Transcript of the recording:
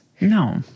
No